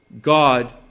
God